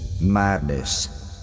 Madness